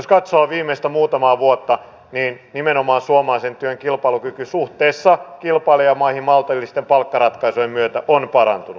jos katsoo muutamaa viime vuotta niin nimenomaan suomalaisen työn kilpailukyky suhteessa kilpailijamaihin maltillisten palkkaratkaisujen myötä on parantunut